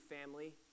family